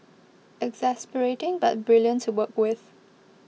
exasperating but brilliant to work with